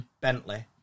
Bentley